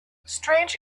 strange